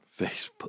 Facebook